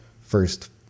first